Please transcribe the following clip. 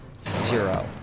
zero